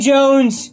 Jones